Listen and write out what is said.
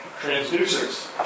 transducers